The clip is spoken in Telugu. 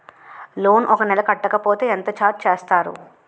లోన్ ఒక నెల కట్టకపోతే ఎంత ఛార్జ్ చేస్తారు?